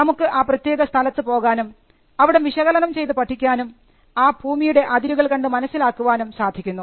നമുക്ക് ആ പ്രത്യേക സ്ഥലത്ത് പോകാനും അവിടം വിശകലനം ചെയ്തു പഠിക്കാനും ആ ഭൂമിയുടെ അതിരുകൾ കണ്ടു മനസ്സിലാക്കാനും സാധിക്കുന്നു